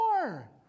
more